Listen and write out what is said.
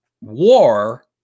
war